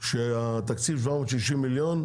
שהתקציב 760 מיליון,